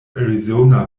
arizona